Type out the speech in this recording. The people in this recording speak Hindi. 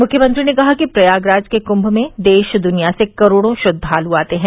मुख्यमंत्री ने कहा कि प्रयागराज के कुंभ में देश दुनिया से करोड़ों श्रद्वालु आते हैं